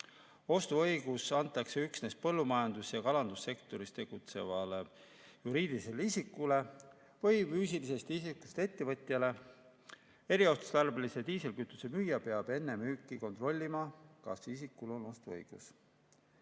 Ostuõigus antakse üksnes põllumajandus- ja kalandussektoris tegutsevale juriidilisele isikule või füüsilisest isikust ettevõtjale. Eriotstarbelise diislikütuse müüja peab enne müüki kontrollima, kas isikul on ostuõigus. Ma